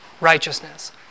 righteousness